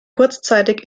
kurzzeitig